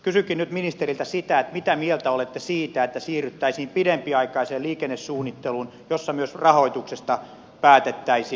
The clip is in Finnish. kysynkin nyt ministeriltä mitä mieltä olette siitä että siirryttäisiin pidempiaikaiseen liikennesuunnitteluun jossa myös rahoituksesta päätettäisiin